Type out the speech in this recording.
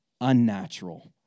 unnatural